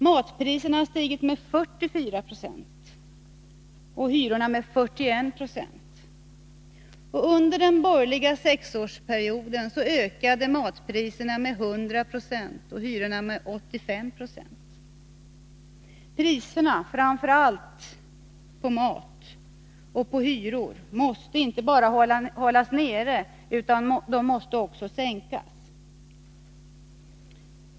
Matpriserna har stigit med 44 90 och hyrorna med 41 20. Under den borgerliga sexårsperioden ökade matpriserna med 100 26 och hyrorna med 85 96. Priserna — framför allt på mat — och hyrorna måste inte bara hållas nere; de måste också sänkas.